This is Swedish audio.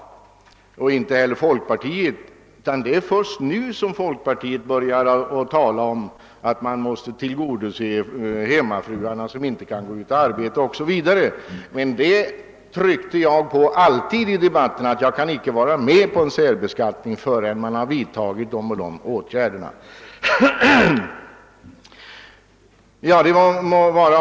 Detta gäller också för folkpartiet i dess helhet. Det är först nu som folkpartiet börjar tala om att man måste tillgodose önskemålen från de hemmafruar som inte kan ta arbete utanför hemmet o. s. v. För min del har jag under debatterna i denna fråga alltid understrukit att jag inte kan gå med på en särbeskattning förrän vissa åtgärder vidtagits.